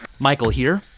michael here.